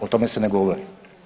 O tome se ne govori.